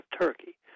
turkey